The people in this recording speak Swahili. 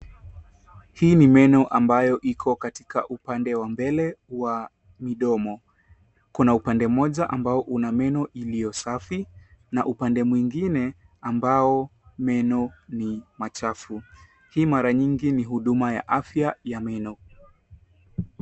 Hii ni meno ambayo iko katika upande wa mbele wa mdomo. Kuna upande moja ambayo kuna meno iliyo safi na upande mwingine ambao meno ni machafu, hii mara nyingi ni huduma ya afya ya meno.